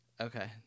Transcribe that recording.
Okay